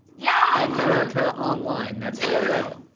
yeah. america online, that's aol.